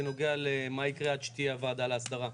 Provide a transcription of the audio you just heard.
בנוגע למה יקרה עד שתהיה הוועדה להסדרה.